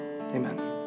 Amen